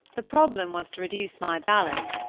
the problem was to reduce my balance,